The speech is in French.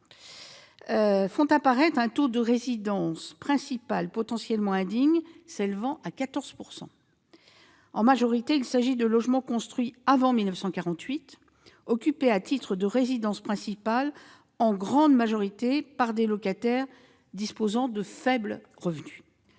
font apparaître un taux de résidences principales potentiellement indignes s'élevant à 14 %. En majorité, il s'agit de logements construits avant 1948, occupés à titre de résidence principale, pour l'essentiel par des locataires disposant de faibles revenus.